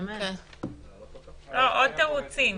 עוד תירוצים.